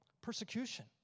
persecution